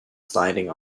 sliding